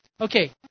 Okay